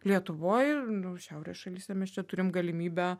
lietuvoj nu šiaurės šalyse mes čia turim galimybę